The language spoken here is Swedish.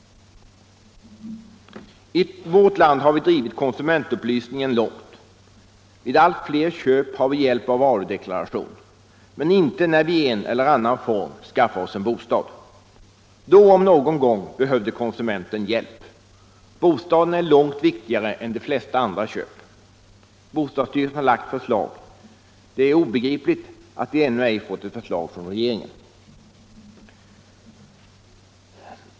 I vårt land har vi drivit konsumentupplysningen långt. Vid allt fler köp har vi hjälp av en varudeklaration. Men inte när vi i en eller annan form skaffar oss en bostad. Då om någon gång behövde konsumenten hjälp. Bostaden är långt viktigare än de flesta andra köp. Bostadsstyrelsen har lagt förslag. Det är obegripligt att vi ännu ej fått ett förslag från regeringen.